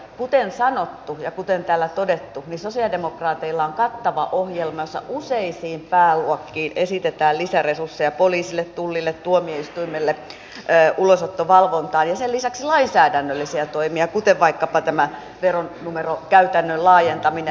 kuten sanottu ja kuten täällä on todettu sosialidemokraateilla on kattava ohjelma jossa useisiin pääluokkiin esitetään lisäresursseja poliisille tullille tuomioistuimelle ulosottovalvontaan ja sen lisäksi lainsäädännöllisiä toimia kuten vaikkapa tämä veronumeron käytännön laajentaminen